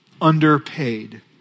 underpaid